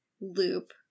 loop